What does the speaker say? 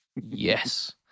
Yes